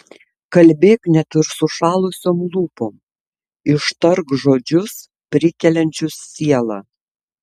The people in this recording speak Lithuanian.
kalbėk net ir sušalusiom lūpom ištark žodžius prikeliančius sielą